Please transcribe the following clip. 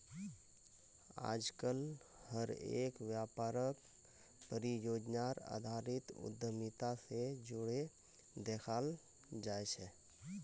आजकल हर एक व्यापारक परियोजनार आधारित उद्यमिता से जोडे देखाल जाये छे